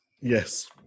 Yes